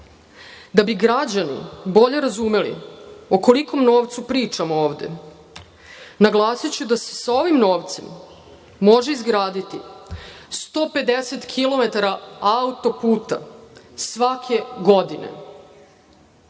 Da bi građani bolje razumeli o kolikom novcu pričam ovde, naglasiću da se sa ovim novcem može izgraditi 150 kilometara auto-puta svake godine.